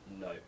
no